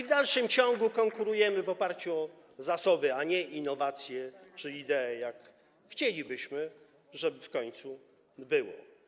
W dalszym ciągu konkurujemy w oparciu o zasoby, a nie innowacje czy idee, jak chcielibyśmy, żeby w końcu było.